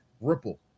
ripple